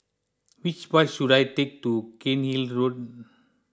which bus should I take to Cairnhill Road